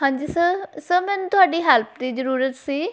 ਹਾਂਜੀ sir sir ਮੈਨੂੰ ਤੁਹਾਡੀ ਹੈਲਪ ਦੀ ਜ਼ਰੂਰਤ ਸੀ